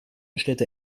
städte